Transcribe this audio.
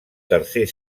tercer